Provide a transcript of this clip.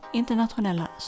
internationella